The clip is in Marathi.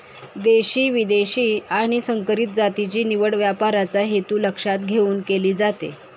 देशी, विदेशी आणि संकरित जातीची निवड व्यापाराचा हेतू लक्षात घेऊन केली जाते